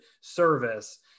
service